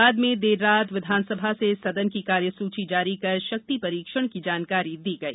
बाद में देर रात विधानसभा से सदन की कार्यसूची जारी कर शक्ति परीक्षण की जानकारी दी गई